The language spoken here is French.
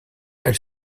elle